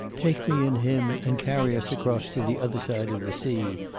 take me and him and carry us across to the other side of the sea,